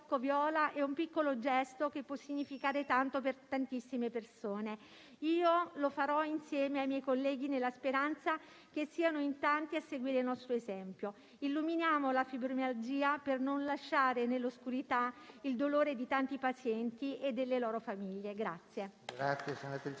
è un piccolo gesto che può significare tanto per tantissime persone. Io lo farò, insieme ai miei colleghi, nella speranza che siano in tanti a seguire il nostro esempio. Illuminiamo la fibromialgia per non lasciare nell'oscurità il dolore di tanti pazienti e delle loro famiglie.